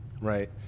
Right